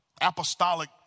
apostolic